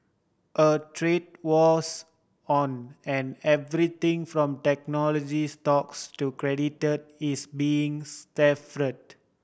a trade war's on and everything from technology stocks to credit is being strafed